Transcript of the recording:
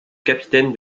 capitaine